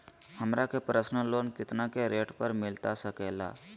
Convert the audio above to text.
हमरा के personal loan कितना के रेट पर मिलता सके ला?